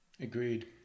Agreed